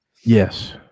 Yes